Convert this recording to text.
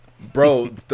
Bro